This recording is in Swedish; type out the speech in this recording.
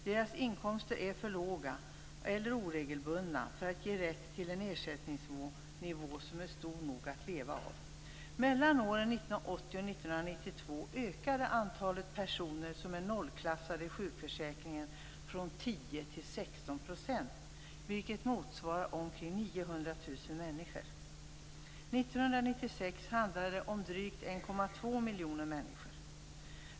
Deras inkomster är för låga eller oregelbundna för att ge rätt till en ersättningsnivå som är stor nog att leva av. 1996 handlade det om drygt 1,2 miljoner människor.